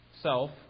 self